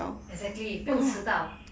exactly 不用迟到